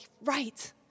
right